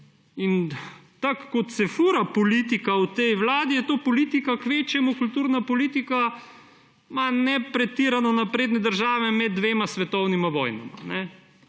kot se fura politika v tej vladi, je to kvečjemu kulturna politika ne pretirano napredne države med dvema svetovnima vojnama,